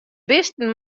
bisten